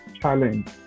challenge